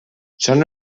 són